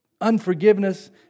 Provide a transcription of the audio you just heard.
Unforgiveness